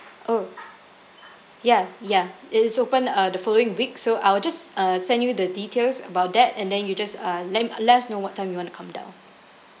oh ya ya it it's open uh the following week so I will just uh send you the details about that and then you just uh let let us know what time you want to come down